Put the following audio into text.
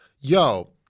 Yo